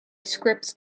scripts